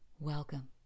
Welcome